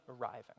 arriving